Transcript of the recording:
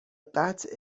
قطع